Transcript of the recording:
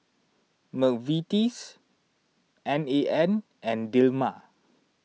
Mcvitie's N A N and Dilmah